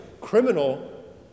criminal